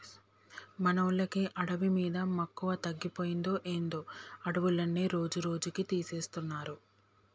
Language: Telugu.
మనోళ్ళకి అడవి మీద మక్కువ తగ్గిపోయిందో ఏందో అడవులన్నీ రోజురోజుకీ తీసేస్తున్నారు